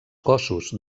cossos